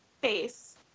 face